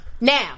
Now